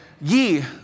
ye